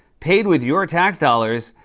paid with your tax dollars,